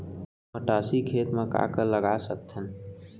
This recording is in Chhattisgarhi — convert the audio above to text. मटासी खेत म का का लगा सकथन?